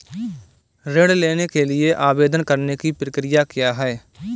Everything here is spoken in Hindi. ऋण के लिए आवेदन करने की प्रक्रिया क्या है?